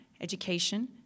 education